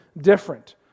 different